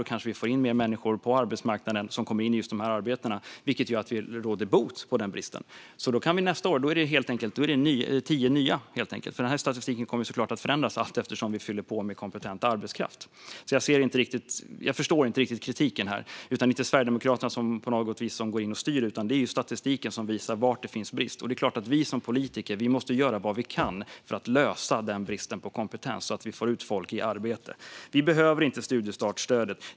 Då kanske vi får in fler människor på arbetsmarknaden som kommer in i just dessa yrken, vilket gör att vi råder bot på den bristen. Nästa år är det tio nya, för statistiken kommer såklart att förändras allt eftersom vi fyller på med kompetent arbetskraft. Därför förstår jag inte riktigt kritiken här. Det är inte Sverigedemokraterna som går in och styr på något vis, utan det är statistiken som visar var det finns brist på kompetens. Det är klart att vi som politiker måste göra vad vi kan för att lösa den bristen så att vi får ut folk i arbete. Vi behöver inte studiestartsstödet.